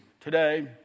today